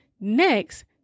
Next